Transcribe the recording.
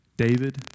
David